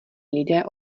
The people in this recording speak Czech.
lidé